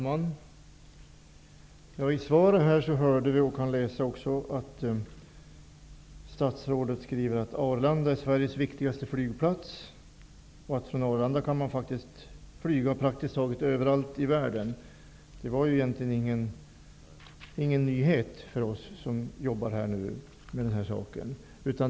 Fru talman! I svaret säger statsrådet Mats Odell: ''Arlanda är Sveriges viktigaste flygplats. -- Från Arlanda går det också att flyga praktiskt taget överallt i världen.'' Det var inte någon nyhet för oss som arbetar med denna fråga.